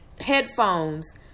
headphones